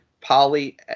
poly